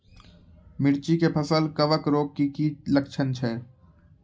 मिर्ची के फसल मे कवक रोग के की लक्छण छै?